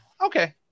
Okay